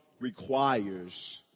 requires